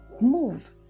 Move